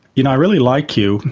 you know i really like you,